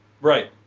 Right